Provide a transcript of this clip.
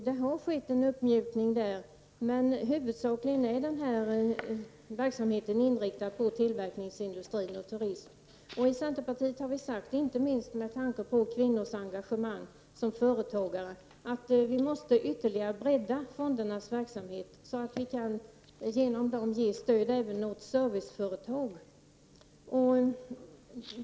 Det har skett en uppmjukning där, men tydligen är verksamheten inriktad på tillverkningsindustri och turism, och i centerpartiet har vi sagt — inte minst med tanke på kvinnors engagemang som företagare — att fondernas verksamhet måste breddas så att vi genom dem kan ge stöd även åt serviceföretag.